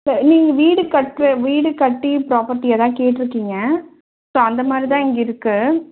சரி நீங்கள் வீடு கட்டுற வீடு கட்டி ப்ராபர்ட்டியைதான் கேட்டிருக்கீங்க ஸோ அந்த மாதிரி தான் இங்கே இருக்குது